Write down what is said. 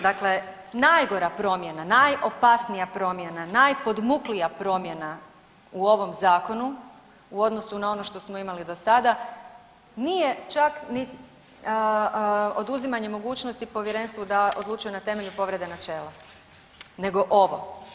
Dakle, najgora promjena dakle najopasnija promjena, najpodmuklija promjena u ovom zakonu u odnosu na ono što smo imali do sada nije čak ni oduzimanje mogućnosti povjerenstvu da odlučuje na temelju povrede načela, nego ovo.